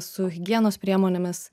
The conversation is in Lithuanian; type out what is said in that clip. su higienos priemonėmis